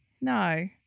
No